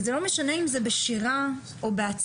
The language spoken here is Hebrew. וזה לא משנה אם זה בשירה, או בהצגה,